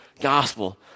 gospel